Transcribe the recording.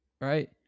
Right